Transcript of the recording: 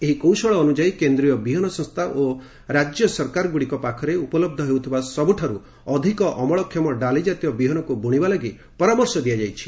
ଏହି କୌଶଳ ଅନୁଯାୟୀ କେନ୍ଦ୍ରୀୟ ବିହନ ସଂସ୍ଥା ଓ ରାଜ୍ୟ ସରକାରମାନଙ୍କ ପାଖରେ ଉପଲହ୍ଧ ହେଉଥିବା ସବୁଠାରୁ ଅଧିକ ଅମଳକ୍ଷମ ଡାଲି ଜାତୀୟ ବିହନକୁ ବୁଣିବା ଲାଗି ପରାମର୍ଶ ଦିଆଯାଇଛି